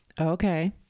Okay